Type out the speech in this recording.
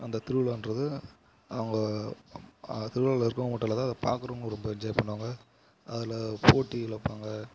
அந்த திருவிழான்றது அவங்க திருவிழாவில் இருக்கறவங்க மட்டும் அல்லாது அதை பார்க்கறவங்களும் ரொம்ப என்ஜாய் பண்ணுவாங்க அதில் போட்டிகள் வைப்பாங்க